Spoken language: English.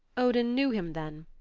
odin knew him then.